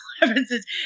references